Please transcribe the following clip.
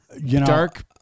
dark